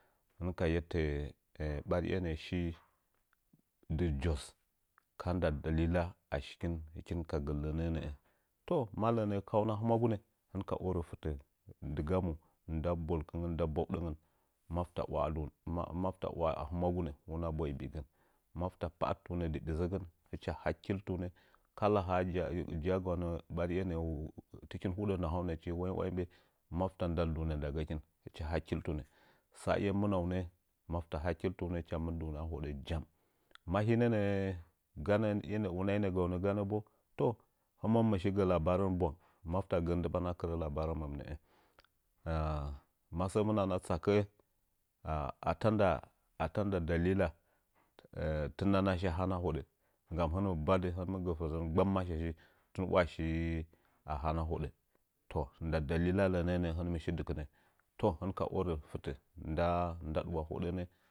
Hɨn ka yettə ɓariye nə'əshi dɨ jos ka nda dalila ashikin ka gə lənə nə'ə toh ma lənə ka'annə ahɨmea chigunə hɨnka orə pətə dɨgamu nda bəkmgən nda baudəngən malti waha a hɨnwagunə hunə boye bi'igən mafta pe'antunə dɨ bizzgən hɨcha hakiltunə kala ha ja'an gaunə bariye hə'ə tikin hudə nahaunəchi wai wai ba malta ndaldunə ndagəkin hicha hankiltunə sanye mənaunə malta hankiltunə hɨcha mɨndunə a hoɗə jam ma hinə nə'ə lnənə gan nə'ə unaməgaunə htməm mɨshi gə labaran bwang malta gə'ə ndɨɓan akɨrə labaramən nə'ə ma səə mɨna na tsakə'ə ana atanda atanda dalila tɨn nana shi ahanə ahodə nggam hɨnɨni badi mɨ gə fəzən mgbamamasha shi tan washi ahanə a hodə toh nda dalila lənə nə'ə hɨnɨm shi dɨkɨnə toh hɨnka ərə fɨtə nda ndadiwa hədənə.